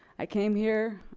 i came here.